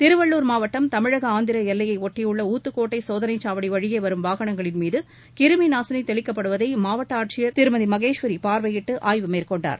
திருவள்ளூர் மாவட்டம் தமிழக ஆந்திர எல்லையை ஒட்டியுள்ள ஊத்துக்கோட்டை சோதனைச் சாவடி வழியே வரும் வாகனங்களின்மீது கிருமி நாசினி தெளிக்கப்படுவதை மாவட்ட ஆட்சித் தலைவர் திருமதி மகேஸ்வரி பார்வையிட்டு ஆய்வு மேற்கொண்டார்